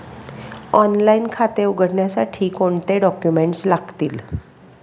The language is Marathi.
ऑनलाइन खाते उघडण्यासाठी कोणते डॉक्युमेंट्स लागतील?